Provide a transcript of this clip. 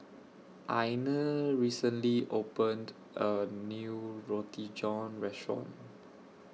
Ina recently opened A New Roti John Restaurant